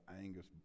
Angus